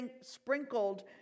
sprinkled